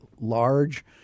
large